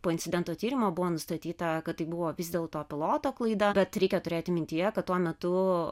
po incidento tyrimo buvo nustatyta kad tai buvo vis dėlto piloto klaida bet reikia turėti mintyje kad tuo metu